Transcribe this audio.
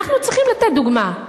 אנחנו צריכים לתת דוגמה.